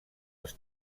els